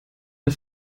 der